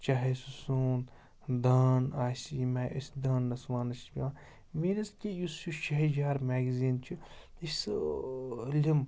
چاہے سُہ سون دان آسہِ یِم آیہِ أسۍ دانَس وانَس چھِ پٮ۪وان میٖنٕز کہِ یُس یہِ شہجار میگزیٖن چھُ یہِ سٲلِم